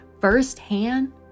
firsthand